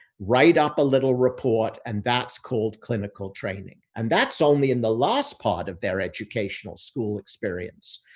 write up a little report and that's called clinical training. and that's only in the last part of their educational school experience.